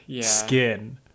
skin